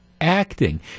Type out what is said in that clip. Acting